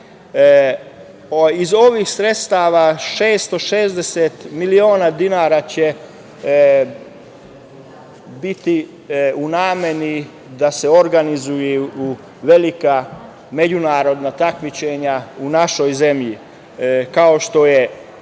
Iz ovih sredstava 660 miliona dinara će biti u nameni da se organizuju velika međunarodna takmičenja u našoj zemlji, kao što je